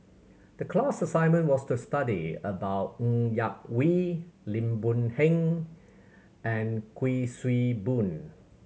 the class assignment was to study about Ng Yak Whee Lim Boon Heng and Kuik Swee Boon